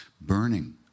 burning